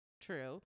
true